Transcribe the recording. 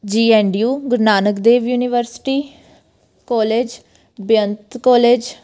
ਜੀ N D U Guru Nanak Dev university college Beant college